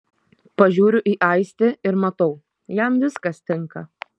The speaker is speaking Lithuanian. pažiūriu į aistį ir matau jam viskas tinka